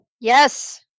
Yes